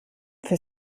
für